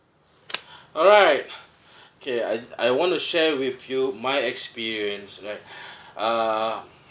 alright okay I I want to share with you my experience right uh